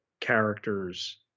characters